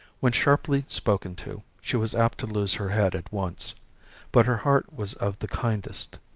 when sharply spoken to, she was apt to lose her head at once but her heart was of the kindest.